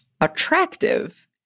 attractive